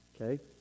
okay